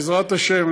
בעזרת השם,